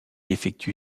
effectue